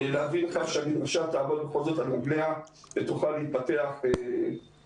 להביא לך שהמדרשה תעמוד בכל זאת על רגליה ותוכל להתפתח בהמשך.